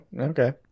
Okay